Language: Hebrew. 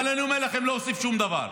אבל אני אומר לכם, הוא לא הוסיף שום דבר.